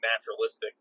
naturalistic